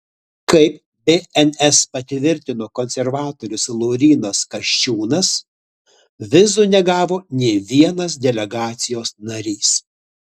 kaip bns patvirtino konservatorius laurynas kasčiūnas vizų negavo nė vienas delegacijos narys